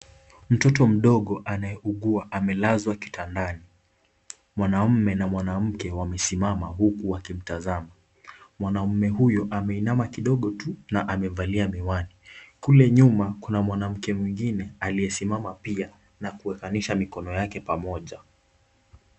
Mtoto mdogo anayeugua amelazwa kitandani. Mwanaume na mwanamke wamesimama, huku wakimtazama. Mwanaume huyu ameinama kidogo tu, na amevalia miwani. Kule nyuma, kuna mwanamke mwingine aliyesimama pia na kuwekanisha mikono yake pamoja.